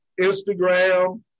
Instagram